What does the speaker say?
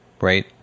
Right